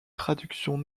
traduction